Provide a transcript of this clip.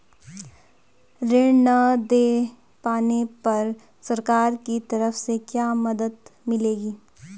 ऋण न दें पाने पर सरकार की तरफ से क्या मदद मिलेगी?